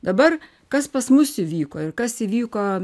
dabar kas pas mus įvyko ir kas įvyko